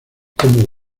como